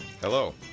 Hello